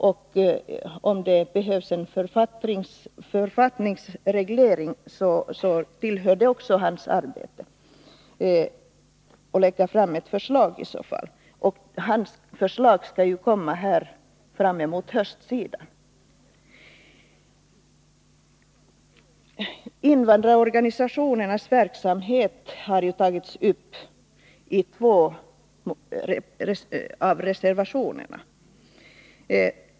Och om det behövs en författningsreglering hör det till 101 hans arbetsområde att lägga fram ett förslag därvidlag. Hans förslag skall komma till hösten. Invandrarorganisationernas verksamhet har tagits upp i två reservationer.